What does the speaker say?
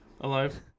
alive